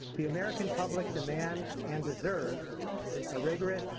the american public demands and deserves a rigorous,